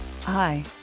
Hi